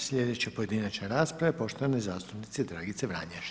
Sljedeća pojedinačna rasprava je poštovane zastupnice Dragice Vranješ.